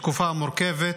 בתקופה מורכבת,